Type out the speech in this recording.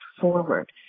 forward